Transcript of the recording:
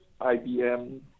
IBM